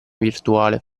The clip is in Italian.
virtuale